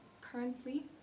currently